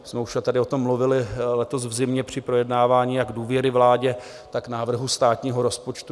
My už jsme tady o tom mluvili letos v zimě při projednávání jak důvěry vládě, tak návrhu státního rozpočtu.